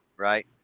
right